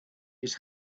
his